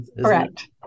Correct